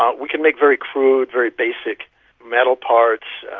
um we can make very crude, very basic metal parts,